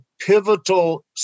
pivotal